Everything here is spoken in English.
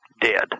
Dead